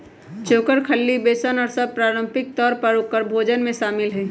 चोकर, खल्ली, बेसन और सब पारम्परिक तौर पर औकर भोजन में शामिल हई